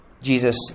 Jesus